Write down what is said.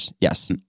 yes